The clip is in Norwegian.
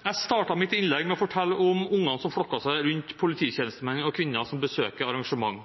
Jeg startet mitt innlegg med å fortelle om barna som flokket seg rundt polititjenestemenn og -kvinner som besøker arrangement.